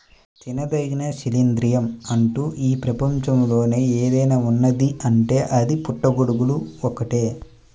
తినదగిన శిలీంద్రం అంటూ ఈ ప్రపంచంలో ఏదైనా ఉన్నదీ అంటే అది పుట్టగొడుగులు ఒక్కటే